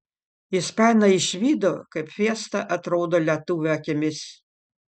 ispanai išvydo kaip fiesta atrodo lietuvių akimis